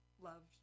loved